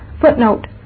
Footnote